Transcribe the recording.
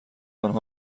آنها